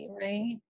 right